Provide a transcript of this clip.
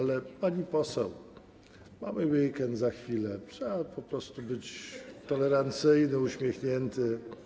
Ale pani poseł, mamy weekend za chwilę, trzeba po prostu być tolerancyjnym, uśmiechniętym.